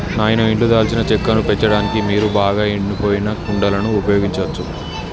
నాయిన ఇంట్లో దాల్చిన చెక్కను పెంచడానికి మీరు బాగా ఎండిపోయిన కుండలను ఉపయోగించచ్చు